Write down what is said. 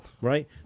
Right